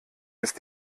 ist